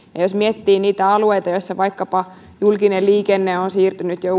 jos miettii niitä alueita joissa vaikkapa julkinen liikenne on jo